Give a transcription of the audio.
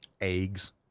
eggs